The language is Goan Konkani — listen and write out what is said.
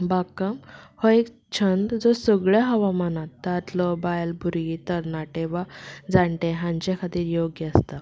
बागकाम हो एक छंद जो सगल्या हवामानांत दादलो बायल भुरगीं तरणाटे वा जाणटे हांचे खातीर योग्य आसता